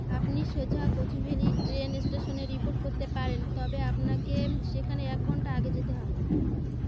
আপনি সোজা কচুভ্যেলি ট্রেন স্টেশনে রিপোর্ট করতে পারেন তবে আপনাকে সেখানে এক ঘণ্টা আগে যেতে হবে